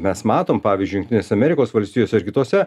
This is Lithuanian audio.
mes matom pavyzdžiui jungtinėse amerikos valstijose ir kitose